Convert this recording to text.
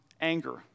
anger